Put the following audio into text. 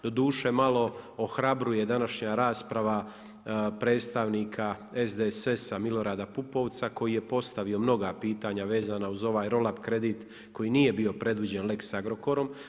Doduše malo ohrabruje današnja rasprava predstavnika SDSS-a Milorada Pupovca koji je postavio mnoga pitanja vezana uz ovaj roll up kredit koji nije bio predviđen Lex Agrokorom.